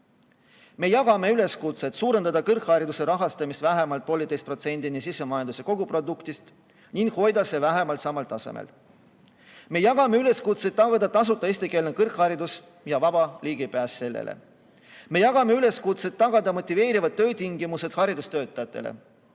Me [toetame] üleskutset suurendada kõrghariduse rahastamist vähemalt 1,5%‑ni sisemajanduse koguproduktist ning hoida see vähemalt samal tasemel. Me [toetame] üleskutset taotleda tasuta eestikeelset kõrgharidust ja vaba ligipääsu sellele. Me [toetame] üleskutset tagada motiveerivad töötingimused haridustöötajatele.